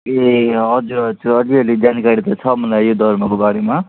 ए हजुर हजुर अलिअलि जानकारी त छ मलाई यो धर्मको बारेमा